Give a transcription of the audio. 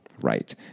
Right